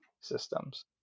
systems